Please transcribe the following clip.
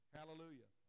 Hallelujah